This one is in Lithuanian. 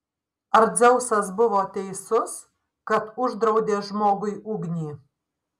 ar dzeusas buvo teisus kad uždraudė žmogui ugnį